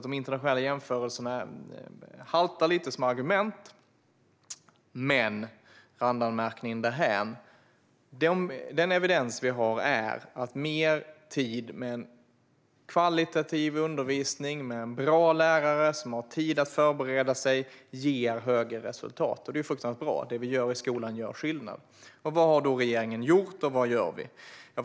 De internationella jämförelserna haltar alltså lite som argument, men bortsett från den randanmärkningen säger den evidens vi har att mer tid med en bra lärare som har tid att förbereda högkvalitativ undervisning ger högre resultat. Det är ju fruktansvärt bra; det vi gör i skolan gör skillnad. Vad har då regeringen gjort, och vad gör vi?